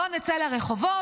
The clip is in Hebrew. בואו נצא לרחובות,